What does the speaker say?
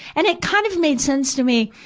and it kind of made sense to me,